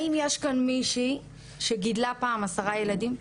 האם יש כאן מישהי שגידלה פעם עשרה ילדים?